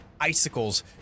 icicles